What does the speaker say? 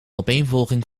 opeenvolging